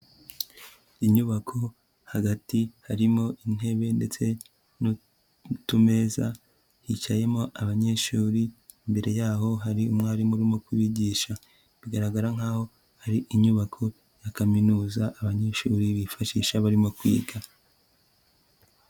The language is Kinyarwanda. Inyubako hagati harimo intebe ndetse n'utumeza, hicayemo abanyeshuri, imbere yaho hari umwarimu urimo kubigisha, bigaragara nkaho ari inyubako ya kaminuza abanyeshuri bifashisha barimo kwiga.